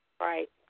Right